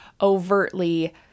overtly